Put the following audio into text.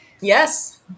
Yes